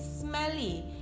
smelly